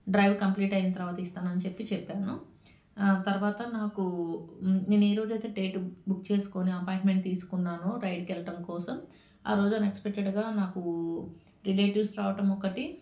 drive complete అయిన తర్వాత ఇస్తానని చెప్పి చెప్పాను తర్వాత నాకు నేను ఏ రోజు అయితే డేట్ బుక్ చేసుకొని అపాయింట్మెంట్ తీసుకున్నాను రైడ్కి వెళ్లడం కోసం ఆ రోజు అన్ఎక్స్పెక్టెడ్గా నాకు రిలేటివ్స్ రావటం ఒక్కటి